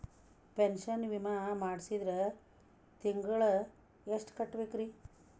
Pension ವಿಮಾ ಮಾಡ್ಸಿದ್ರ ತಿಂಗಳ ಎಷ್ಟು ಕಟ್ಬೇಕ್ರಿ?